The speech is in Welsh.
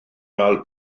cael